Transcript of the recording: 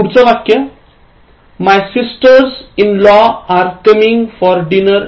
पुढचं वाक्य My sisters in law are coming for dinner tonight